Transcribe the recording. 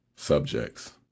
subjects